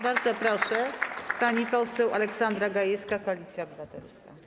Bardzo proszę, pani poseł Aleksandra Gajewska, Koalicja Obywatelska.